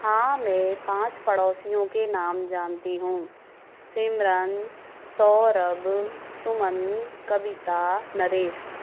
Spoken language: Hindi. हाँ मैं पाँच पड़ोसियों के नाम जानती हूँ सिमरन सौरब सुमन कविता नरेश